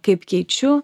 kaip keičiu